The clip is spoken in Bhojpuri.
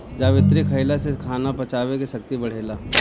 जावित्री खईला से खाना पचावे के शक्ति बढ़ेला